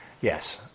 yes